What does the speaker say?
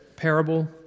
parable